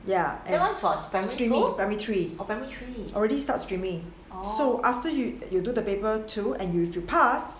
yeah and primary three already start streaming so after you do the paper two and you pass